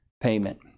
payment